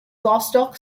vostok